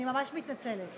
אני ממש מתנצלת.